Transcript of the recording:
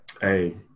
hey